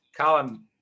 Colin